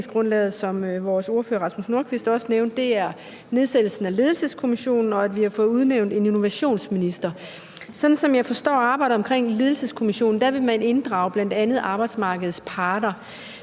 hvad vores ordfører, hr. Rasmus Nordqvist, også nævnte, er nedsættelsen af en ledelseskommission, og at vi har fået udnævnt en innovationsminister. Sådan som jeg forstår arbejdet i ledelseskommissionen, vil man inddrage bl.a. arbejdsmarkedets parter.